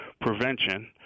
prevention